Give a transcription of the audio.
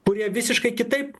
kurie visiškai kitaip